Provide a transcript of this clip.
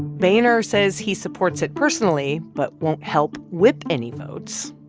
boehner says he supports it personally but won't help whip any votes.